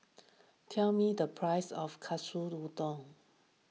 tell me the price of Katsu Tendon